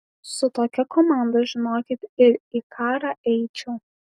su tokia komanda žinokit ir į karą eičiau